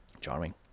Charming